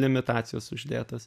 imitacijos uždėtos